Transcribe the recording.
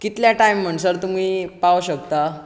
कितल्या टायम म्हणसर तुमी पाव शकता